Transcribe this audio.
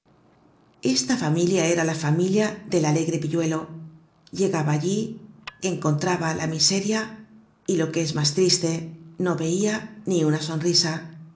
esta familia era la familia del alegre pilludo llegaba allí encontraba la miseria y lo que es mas triste no veia ni una sonrisa